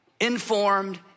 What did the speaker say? informed